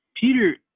Peter